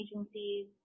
agencies